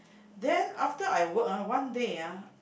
then after I work ah one day ah